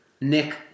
Nick